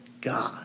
God